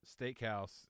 Steakhouse